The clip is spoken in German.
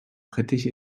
britisch